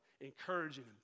Encouraging